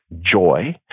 joy